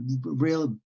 real